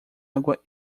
água